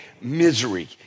misery